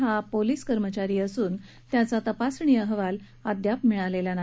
हा पोलीस कर्मचारी असून त्याचा तपासणी अहवाल अदयाप मिळालेला नाही